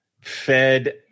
fed